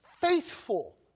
faithful